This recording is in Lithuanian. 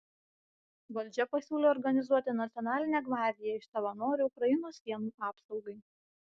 valdžia pasiūlė organizuoti nacionalinę gvardiją iš savanorių ukrainos sienų apsaugai